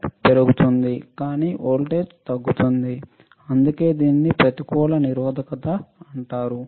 current పెరుగుతుంది కానీ voltage తగ్గుతుంది అందుకే దీనిని ప్రతికూల నిరోధకత అంటారు